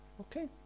Okay